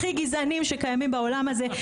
הכי גזעניים שקיימים בעולם הזה,